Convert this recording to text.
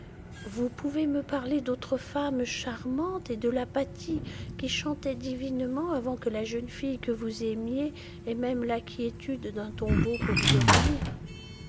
vous pouvez me parler d'autres femmes charmantes et de la patti qui chantait divinement avant que la jeune fille que vous aimiez ait même la quiétude d'un tombeau pour y dormir